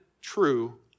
true